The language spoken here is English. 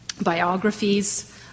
biographies